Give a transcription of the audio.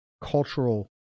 cultural